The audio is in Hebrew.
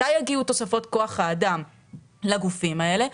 מתי יגיעו תוספות כוח האדם לגופים האלה?